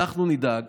אנחנו נדאג